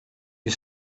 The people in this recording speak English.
you